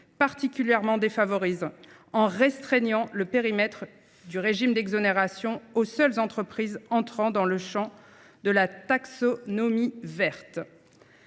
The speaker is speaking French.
particulièrement défavorisés, en restreignant le périmètre du régime d’exonération aux seules entreprises entrant dans le champ de la taxonomie verte.